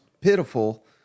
pitiful